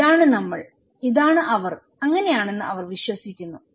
ഇതാണ് നമ്മൾ ഇതാണ് അവർ അങ്ങനെയാണെന്ന് അവർ വിശ്വസിക്കുന്നു